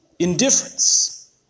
Indifference